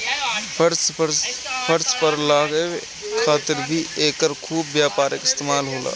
फर्श पर लगावे खातिर भी एकर खूब व्यापारिक इस्तेमाल होला